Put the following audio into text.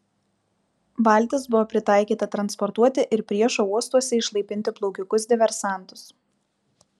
valtis buvo pritaikyta transportuoti ir priešo uostuose išlaipinti plaukikus diversantus